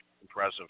impressive